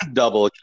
double